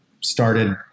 started